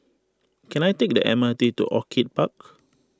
can I take the M R T to Orchid Park